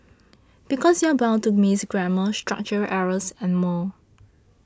because you're bound to miss grammar structural errors and more